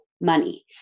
money